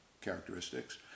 characteristics